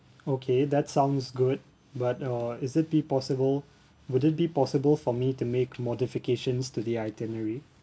okay that sounds good but uh is it be possible would it be possible for me to make modifications to the itinerary